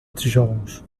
tijolos